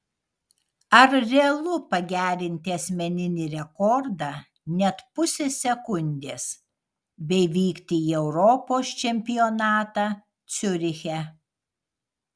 ar realu pagerinti asmeninį rekordą net pusę sekundės bei vykti į europos čempionatą ciuriche